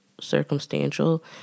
circumstantial